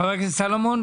חבר הכנסת סלומון?